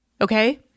Okay